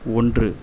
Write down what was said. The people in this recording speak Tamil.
ஒன்று